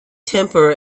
temper